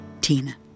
Tina